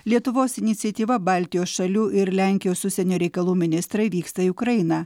lietuvos iniciatyva baltijos šalių ir lenkijos užsienio reikalų ministrai vyksta į ukrainą